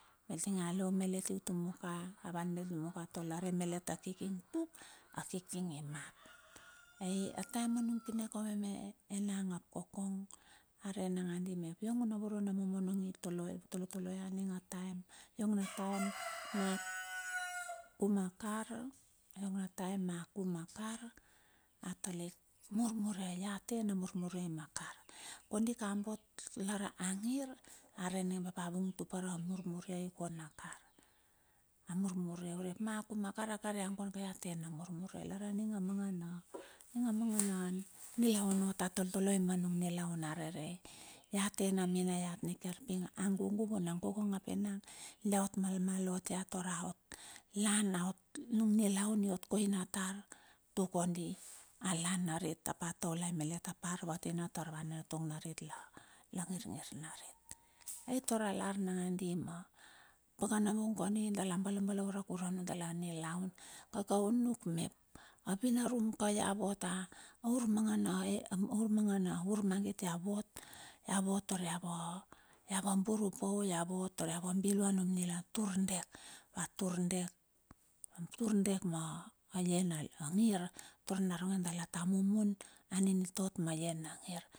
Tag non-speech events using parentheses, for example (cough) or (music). Mitinge alo malet i tumo ka, auan melet tumaka tar lare melet a kiking, tuk a kiking i map ae taem manung kaule me nang ap kokong, arei nangandi mep iong na voro na momonong i toloi tolo ia. (hesitation) (noise) iong na taem (noise) iong na taem na a kum mar kar, atalik murmure, la tena murmure ma kar. Kondika bot lar angir, are ningo umbap a vung tupere a murmure kon a kar amurmure, urep na kum ma kar a kar ia ambar ka ia tena murmure lar a ninga manga na (noise) ninga manga na nilaun ot a toltoloi manung nilaun are rei. Ia atena minaiat nikiar, ping angugu vunang kokong ap enang, dia ot malmal ot ia tar a ot lan, nung nilaun i ot koina tar tuk kondi a lan narit ap a tolai malet ap ar vatina malet tar ava nanatung narit langir ngir narit. Ai tara lar nangandi ma pakana bung kondi dala bala, balaure kurue anudala nilaun, kaka unuk mep a vinarum ka ia vot, a aur mangana (hesitation) a ur mangana ur mangit ia vot ia, vote tar ia vaburu (hesitation) ia vot tar ia vam bilua nilaun, tur dek va tur dek.